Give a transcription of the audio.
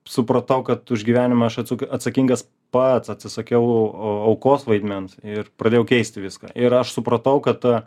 supratau kad už gyvenimą aš atsakingas pats atsisakiau aukos vaidmens ir pradėjau keisti viską ir aš supratau kad